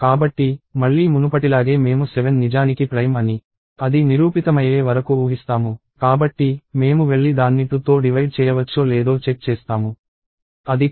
కాబట్టి మళ్లీ మునుపటిలాగే మేము 7 నిజానికి ప్రైమ్ అని అది నిరూపితమయ్యే వరకు ఊహిస్తాము కాబట్టి మేము వెళ్లి దాన్ని 2తో డివైడ్ చేయవచ్చో లేదో చెక్ చేస్తాము అది కాదు